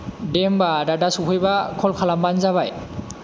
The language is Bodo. दे होमबा आदा दा सौफैब्ला कल खालामबानो जाबाय